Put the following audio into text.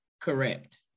Correct